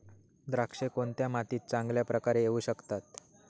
द्राक्षे कोणत्या मातीत चांगल्या प्रकारे येऊ शकतात?